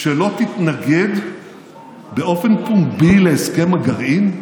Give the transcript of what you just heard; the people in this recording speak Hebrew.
שלא תתנגד באופן פומבי להסכם הגרעין?